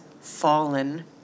Fallen